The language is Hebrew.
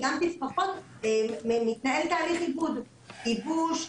שגם בתפרחות מתנהל תהליך עיבוד: ייבוש,